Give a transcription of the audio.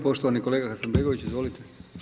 Poštovani kolega Hasanbegović, izvolite.